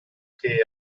che